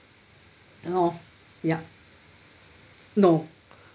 then orh yup no